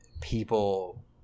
people